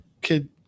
kid